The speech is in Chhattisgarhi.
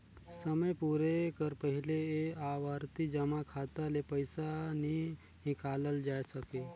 समे पुरे कर पहिले ए आवरती जमा खाता ले पइसा नी हिंकालल जाए सके